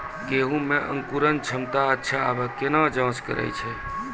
गेहूँ मे अंकुरन क्षमता अच्छा आबे केना जाँच करैय छै?